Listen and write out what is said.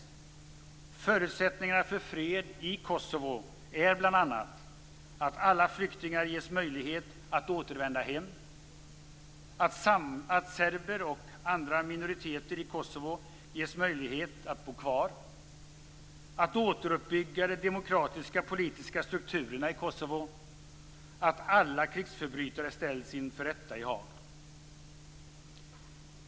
Förutsättningarna för fred i Kosovo är bl.a.: - att alla flyktingar ges möjlighet att återvända hem - att serber och andra minoriteter i Kosovo ges möjlighet att bo kvar - att återuppbygga de demokratiska politiska strukturerna i Kosovo - att alla krigsförbrytare ställs inför rätta i Haag.